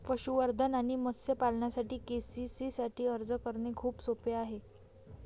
पशुसंवर्धन आणि मत्स्य पालनासाठी के.सी.सी साठी अर्ज करणे खूप सोपे आहे